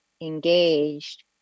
engaged